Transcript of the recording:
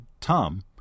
Tom